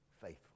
faithful